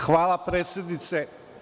Hvala predsednice.